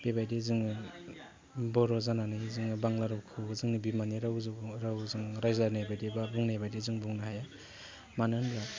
बेबादि जोङो बर' जानानै जोङो बांग्ला रावखौ जोंनि बिमानि रावजों रायज्लायनाय बादिबा बुंनाय बादि जों बुंनो हाया मानो होमबा